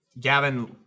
Gavin